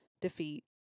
defeat